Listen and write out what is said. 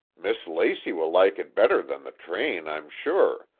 miss lacy will like it better than the train, i'm sure,